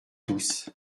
tous